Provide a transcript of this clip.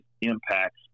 impacts